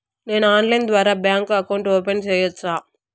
నేను ఆన్లైన్ ద్వారా bank account open సేయొచ్చా?